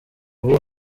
ubu